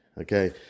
Okay